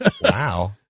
Wow